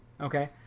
okay